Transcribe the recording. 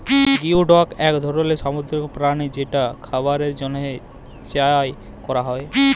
geoduck এক ধরলের সামুদ্রিক প্রাণী যেটা খাবারের জন্হে চাএ ক্যরা হ্যয়ে